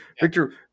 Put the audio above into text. Victor